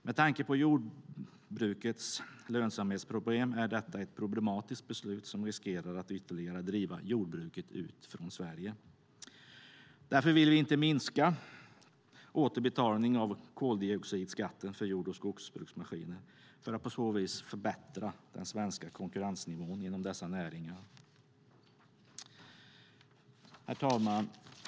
Med tanke på jordbrukets lönsamhetsproblem är detta ett problematiskt beslut som riskerar att ytterligare driva jordbruket ut från Sverige. Därför vill vi inte minska återbetalningen av koldioxidskatten för jord och skogsbruksmaskiner, för att på så vis förbättra den svenska konkurrensnivån inom dessa näringar. Herr talman!